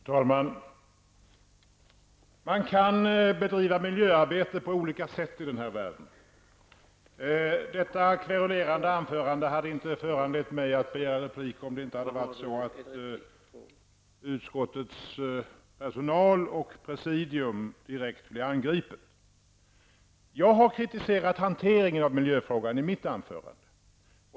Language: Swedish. Fru talman! Man kan bedriva miljöarbete på olika sätt i den här världen. Detta kverulerande anförande hade inte föranlett mig att begära replik om det inte hade varit för att utskottets personal och presidium blev direkt angripna. Jag har i mitt anförande kritiserat hanteringen av miljöfrågan.